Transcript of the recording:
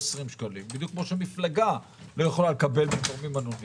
בדיוק כפי שמפלגה לא יכולה לקבל מתורמים אנונימיים,